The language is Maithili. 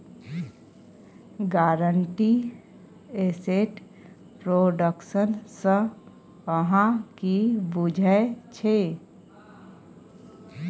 गारंटीड एसेट प्रोडक्शन सँ अहाँ कि बुझै छी